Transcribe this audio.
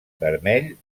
vermell